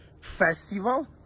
festival